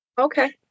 Okay